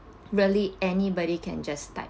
really anybody can just type